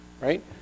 right